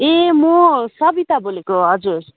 ए म सबिता बोलेको हजुर